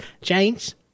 James